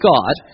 God